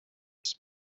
his